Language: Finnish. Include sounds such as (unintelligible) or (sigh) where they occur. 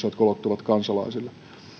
(unintelligible) jotka ulottuvat kansalaisille